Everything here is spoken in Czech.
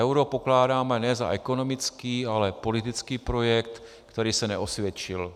Euro pokládáme ne za ekonomický, ale politický projekt, který se neosvědčil.